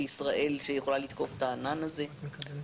אנחנו בראש ובראשונה,